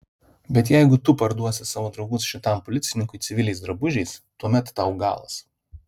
bet jeigu tu parduosi savo draugus šitam policininkui civiliais drabužiais tuomet tau galas